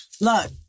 look